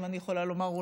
אם אני יכולה לומר,